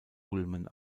ulmen